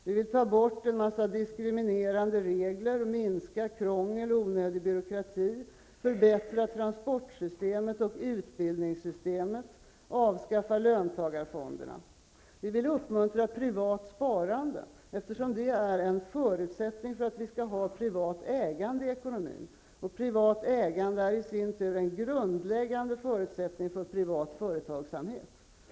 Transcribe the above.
Vi vill ta bort en mängd diskriminerande regler, minska krångel och onödig byråkrati, förbättra transportsystemet och utbildningssystemet och avskaffa löntagarfonderna. Vi vill uppmuntra privat sparande, eftersom det är en förutsättning för privat ägande, som i sin tur är en grundläggande förutsättning för privat företagsamhet.